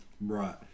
Right